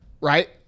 Right